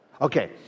Okay